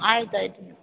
ಆಯ್ತು ಆಯ್ತು ಮೇಡಮ್